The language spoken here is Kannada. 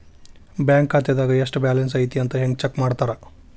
ಬ್ಯಾಂಕ್ ಖಾತೆದಾಗ ಎಷ್ಟ ಬ್ಯಾಲೆನ್ಸ್ ಐತಿ ಅಂತ ಹೆಂಗ ಚೆಕ್ ಮಾಡ್ತಾರಾ